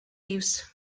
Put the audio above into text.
leaves